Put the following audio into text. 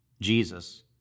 Jesus